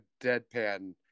deadpan